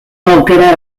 aukera